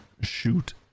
shoot